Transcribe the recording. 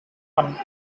one